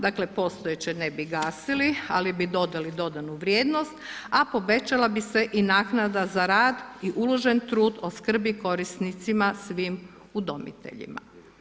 Dakle, postojeće ne bi gasili, ali bi dodali dodanu vrijednost, a povećala bi se i naknada za rad i uložen trud o skrbi korisnicima svim udomiteljima.